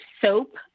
SOAP